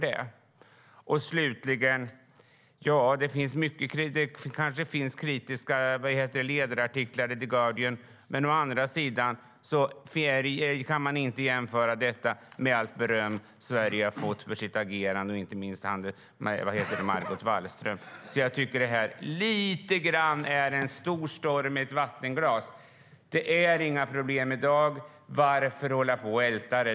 Det kanske finns kritiska ledarartiklar i The Guardian, men det kan inte jämföras med allt beröm Sverige har fått för sitt agerande - inte minst Margot Wallström. Det här är lite grann en stor storm i ett vattenglas. Det finns inga problem i dag. Varför hålla på och älta?